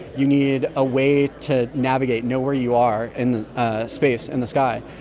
you need a way to navigate know where you are in space, in the sky.